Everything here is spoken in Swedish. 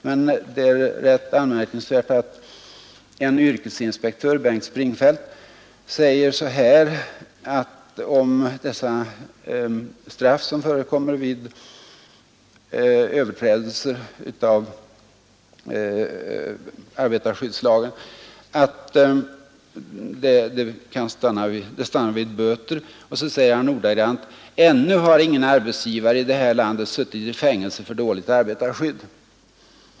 Men det är rätt anmärkningsvärt att en yrkesinspektör, Bengt Springfeldt, påpekar i en tidningsintervju i dag om dessa straff som förekommer vid överträdelser av arbetarskyddslagen, att det stannar vid böter. Och han säger ordagrant: ”Ännu har ingen arbetsgivare i det här landet suttit i fängelse för dåligt arbetarskydd.